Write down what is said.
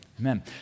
Amen